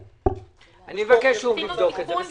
אני מבקש שוב לבדוק את זה.